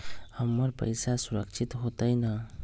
हमर पईसा सुरक्षित होतई न?